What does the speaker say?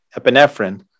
epinephrine